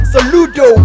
Saludo